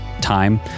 time